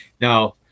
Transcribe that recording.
Now